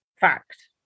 fact